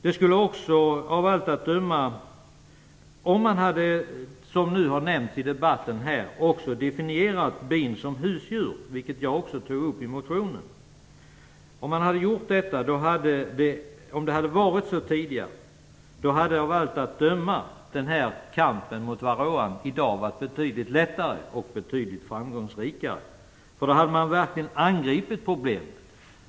Om man tidigare definierat bin som husdjur - som har nämnts här i debatten, och som jag också tog upp i motionen - skulle också av allt att döma kampen mot varroa i dag varit betydligt lättare och betydligt framgångsrikare. Då hade man verkligen angripit problemet.